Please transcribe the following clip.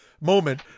moment